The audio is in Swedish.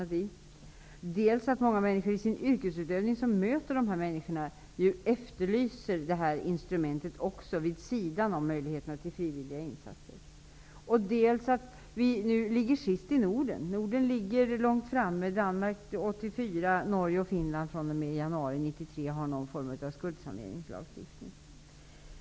För det tredje efterlyser många, som i sin yrkesutövning möter människor med dessa problem, det här instrumentet vid sidan av möjligheten till frivilliga insatser. För det fjärde är Sverige nu sist i Norden. Norden är långt framme på det här området. Danmark har haft en skuldsaneringslag sedan 1984, och Norge och Finland kommer att få en sådan från och med januari 1993.